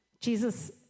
Jesus